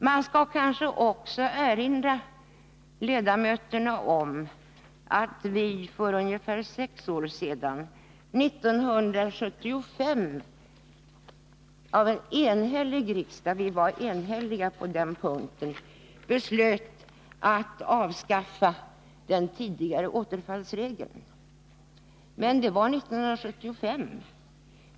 Man skall kanske också erinra ledamöterna om att en enhällig riksdag — vi var enhälliga på den punkten — för ungefär sex år sedan, 1975, beslöt att avskaffa den tidigare återfallsregeln. Men det var 1975.